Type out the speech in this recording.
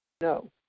No